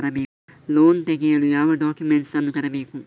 Loan ತೆಗೆಯಲು ಯಾವ documents ಅನ್ನು ತರಬೇಕು?